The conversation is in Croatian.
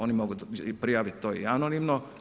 Oni mogu i prijaviti to i anonimno.